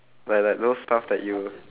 like like those stuff that you